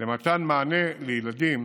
למתן מענה לילדים